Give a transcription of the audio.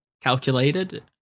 calculated